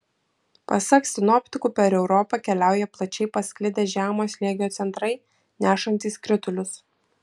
pasak sinoptikų per europą keliauja plačiai pasklidę žemo slėgio centrai nešantys kritulius